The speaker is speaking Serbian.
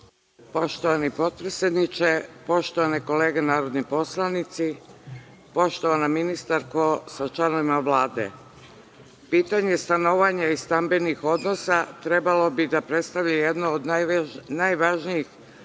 Poštovani potpredsedniče, poštovane kolege narodni poslanici, poštovana ministarko sa članovima Vlade. Pitanje stanovanja i stambenih odnosa trebalo bi da predstavi jedno od najvažnijih